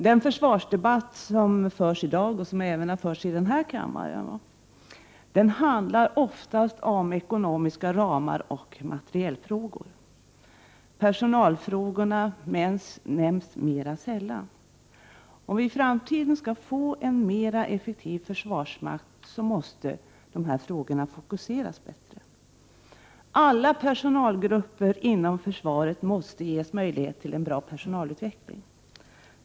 Den försvarsdebatt som förs i dag och som även har förts här i kammaren handlar oftast om ekonomiska ramar och materielfrågor. Personalfrågorna nämns mer sällan. Om vi i framtiden skall få en mer effektiv försvarsmakt måste dessa frågor fokuseras bättre. Alla personalgrupper inom försvaret måste ges möjlighet till en bra personalutveckling.